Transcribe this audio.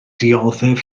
dioddef